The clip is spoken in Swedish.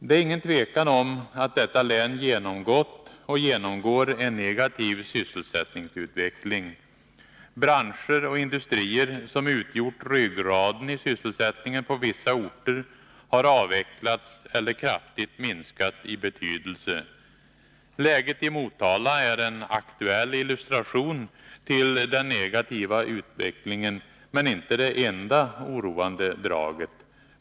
Det är inget tvivel om att detta län genomgått och genomgår en negativ sysselsättningsutveckling. Branscher och industrier som utgjort ryggraden i sysselsättningen på vissa orter har avvecklats eller kraftigt minskat i betydelse. Läget i Motala är en aktuell illustration till den negativa utvecklingen men inte det enda oroande draget.